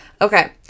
Okay